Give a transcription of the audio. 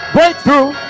Breakthrough